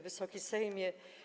Wysoki Sejmie!